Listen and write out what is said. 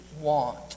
want